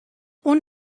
اون